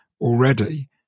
already